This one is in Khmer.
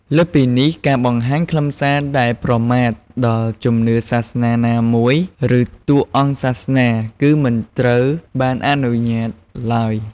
លើសពីនេះ ការបង្ហាញខ្លឹមសារដែលប្រមាថដល់ជំនឿសាសនាណាមួយ ឬតួអង្គសាសនា គឺមិនត្រូវបានអនុញ្ញាតឡើយ។